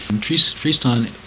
Tristan